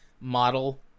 model